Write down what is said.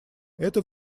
это